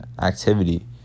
activity